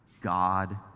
God